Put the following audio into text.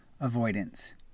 avoidance